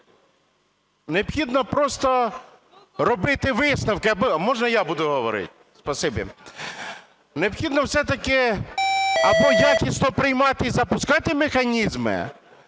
Необхідно просто робити висновки. Можна я буду говорити? Спасибі. Необхідно все-таки або якісно приймати і запускати механізми,